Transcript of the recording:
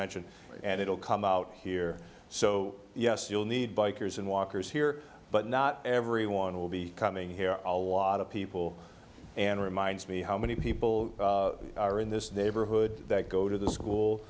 mansion and it will come out here so yes you'll need bikers and walkers here but not everyone will be coming here a lot of people and reminds me how many people are in this neighborhood that go to the school